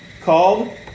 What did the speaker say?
called